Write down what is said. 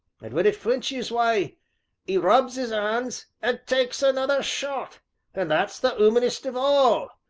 and when it flinches, why e rubs is ands, and takes another shot and that's the umanest of all.